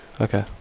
Okay